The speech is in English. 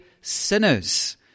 sinners